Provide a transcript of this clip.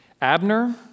Abner